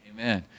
Amen